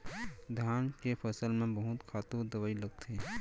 धान के फसल म बहुत के खातू दवई लगथे